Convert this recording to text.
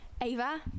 Ava